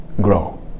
grow